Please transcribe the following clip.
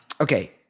Okay